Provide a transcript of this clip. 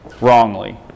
wrongly